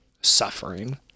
suffering